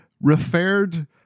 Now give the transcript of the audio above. referred